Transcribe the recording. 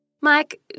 Mike